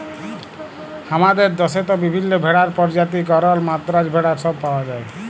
হামাদের দশেত বিভিল্য ভেড়ার প্রজাতি গরল, মাদ্রাজ ভেড়া সব পাওয়া যায়